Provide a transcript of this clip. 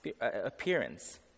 appearance